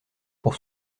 pour